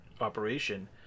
operation